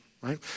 right